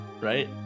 right